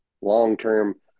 long-term